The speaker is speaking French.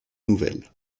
nouvelles